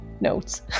notes